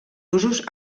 usos